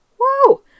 whoa